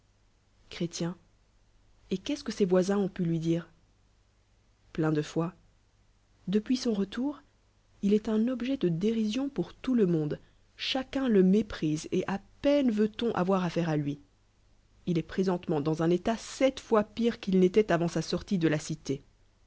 c'rét et qu'est-ce que ses voisins ont pu lui dire plein de foi depuis son retour il est un objet de dérisioopqm tout le ni onde chacun le méprise et a peine veat on avoir affaire lt lui il est préséntembnt dans un état sept fois pire qu'il n'était avant sa sortie de la cité